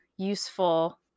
useful